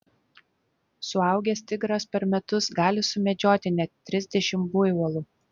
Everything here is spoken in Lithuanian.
suaugęs tigras per metus gali sumedžioti net trisdešimt buivolų